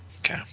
Okay